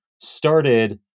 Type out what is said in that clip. started